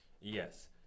Yes